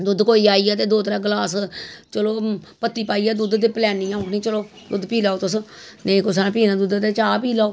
दुद्ध कोई आईया ते दो त्रै गलास चलो पत्ती पाईयै द पलैन्नी अ'ऊं चलो दुद्ध पी लैओ तुस नेईं कुसै पीना दुद्ध ते चाह् पी लैओ